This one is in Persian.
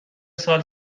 سال